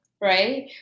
right